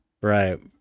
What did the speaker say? right